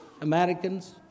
Americans